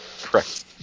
Correct